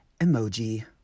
emoji